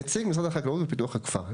נציג משרד החקלאות ופיתוח הכפר.